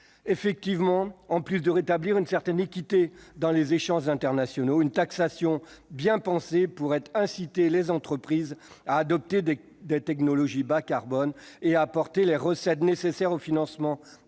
En effet, en plus de rétablir une certaine équité dans les échanges internationaux, une taxation bien pensée pourrait inciter les entreprises à adopter des technologies bas-carbone et à apporter les recettes nécessaires au financement